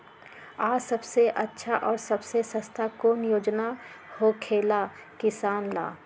आ सबसे अच्छा और सबसे सस्ता कौन योजना होखेला किसान ला?